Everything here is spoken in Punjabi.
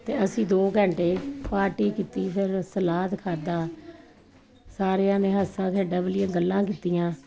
ਅਤੇ ਅਸੀਂ ਦੋ ਘੰਟੇ ਪਾਰਟੀ ਕੀਤੀ ਫਿਰ ਸਲਾਦ ਖਾਦਾ ਸਾਰਿਆਂ ਨੇ ਹੱਸਾਂ ਖੇਡਾਂ ਵਾਲੀਆਂ ਗੱਲਾਂ ਕੀਤੀਆਂ